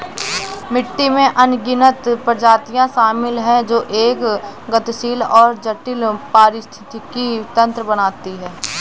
मिट्टी में अनगिनत प्रजातियां शामिल हैं जो एक गतिशील और जटिल पारिस्थितिकी तंत्र बनाती हैं